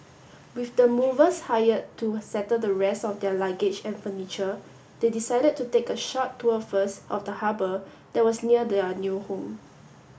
with the movers hired to settle the rest of their luggage and furniture they decided to take a short tour first of the harbour that was near their new home